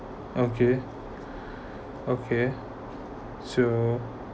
okay okay so